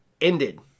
ended